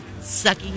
Sucky